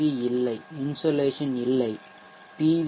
we இல்லை insulation இல்லை B